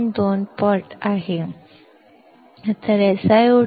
2 पट किंवा 1 बाय 0